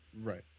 Right